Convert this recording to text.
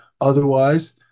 otherwise